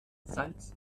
salz